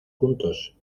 juntos